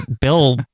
Bill